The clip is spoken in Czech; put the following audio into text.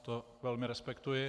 To velmi respektuji.